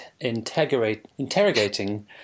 interrogating